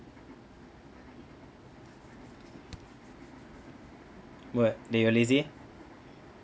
what that you're lazy